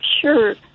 sure